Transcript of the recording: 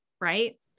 Right